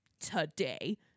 today